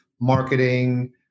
marketing